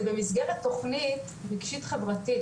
זה במסגרת תוכנית רגשית חברתית,